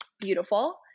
beautiful